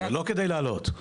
לא כדי לעלות,